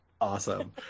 Awesome